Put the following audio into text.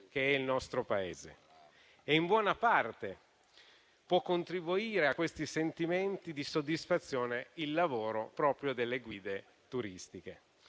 che è il nostro Paese. In buona parte può contribuire a questi sentimenti di soddisfazione proprio il lavoro delle guide turistiche.